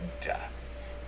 death